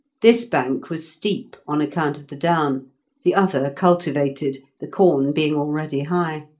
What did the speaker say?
this bank was steep, on account of the down the other cultivated, the corn being already high.